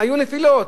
היו נפילות.